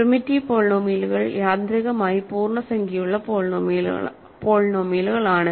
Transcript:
primitive പോളിനോമിയലുകൾ യാന്ത്രികമായി പൂർണ്ണസംഖ്യയുള്ള പോളിനോമിയലുകളാണ്